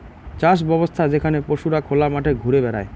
চাষ ব্যবছ্থা যেখানে পশুরা খোলা মাঠে ঘুরে বেড়ায়